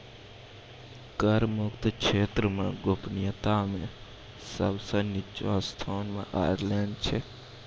कर मुक्त क्षेत्र मे गोपनीयता मे सब सं निच्चो स्थान मे आयरलैंड छै